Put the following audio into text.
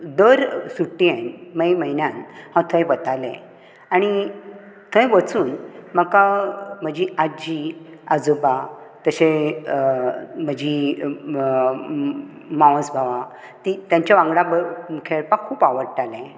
दर सुट्येंत मे म्हयन्यांत हांव थंय वतालें आनी थंय वचून म्हाका म्हजी आजी आजोबा तशें म्हजी मावस भावां तांच्या वांगडा खेळपाक खूब आवडटालें